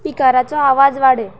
स्पिकराचो आवाज वाडय